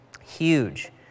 Huge